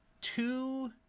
two